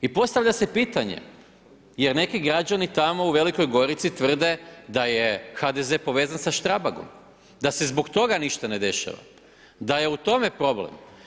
I postavlja se pitanje jer neki građani tamo u Velikoj Gorici tvrde da je HDZ povezan sa Strabagom da se zbog toga ništa ne dešava, da je u tome problem.